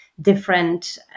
different